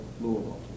Louisville